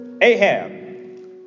Ahab